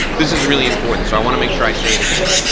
this is really important so i wanna make sure i say it again.